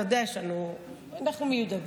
אתה יודע שאנחנו מיודדים.